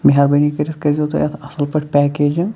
مہربٲنی کٔرِتھ کٔرِزیو تُہۍ اَتھ اَصٕل پٲٹھۍ پٮ۪کیجِنٛگ